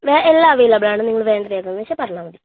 എല്ലാം അവൈലബിൾ ആണ് നിങ്ങൾ വേണ്ടത് ഏതാണെന്നുവച്ചാൽ പറഞ്ഞാൽ മതി